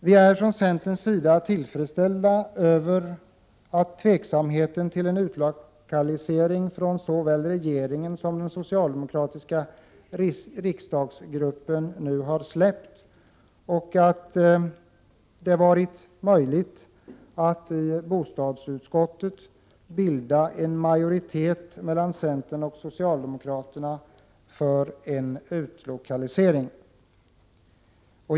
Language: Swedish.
Vi är från centerns sida tillfredsställda över att tveksamheten till en utlokalisering nu har släppt hos såväl regeringen som den socialdemokratiska riksdagsgruppen och att det varit möjligt att i bostadsutskottet bilda en majoritet mellan centern och socialdemokraterna för en utlokalisering.